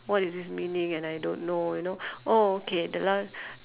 what is this meaning and I don't know you know oh okay the last